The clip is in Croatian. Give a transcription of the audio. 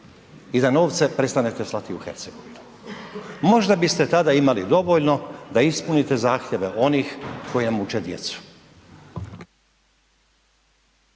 i da novce prestanete slati u Hercegovinu? Možda biste tada imali dovoljno da ispunite zahtjeve onih koji uče djecu.